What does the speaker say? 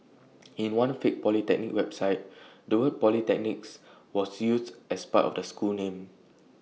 in one fake polytechnic website the word polytechnics was used as part of the school name